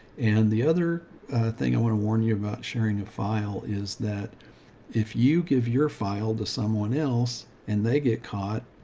and the other thing i want to warn you about sharing a file is that if you give your file to someone else and they get caught,